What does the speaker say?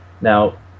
now